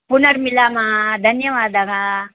पुनर्मिलामः धन्यवादः